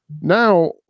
now